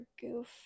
goof